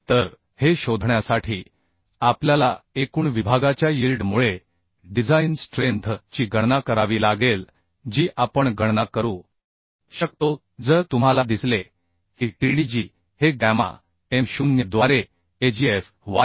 तर हे शोधण्यासाठी आपल्याला एकूण विभागाच्या यिल्ड मुळे डिझाइन स्ट्रेंथ ची गणना करावी लागेल जी आपण गणना करू शकतो जर तुम्हाला दिसले की TDG हे गॅमा m 0 द्वारे Agfy वाय